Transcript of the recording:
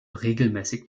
regelmäßig